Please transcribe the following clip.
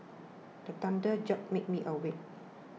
the thunder jolt make me awake